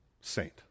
saint